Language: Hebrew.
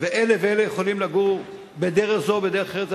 ואלה ואלה יכולים לגור בדרך זו או בדרך אחרת,